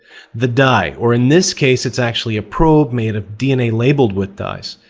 the dye, or in this case it's actually a probe made of dna labeled with dyes,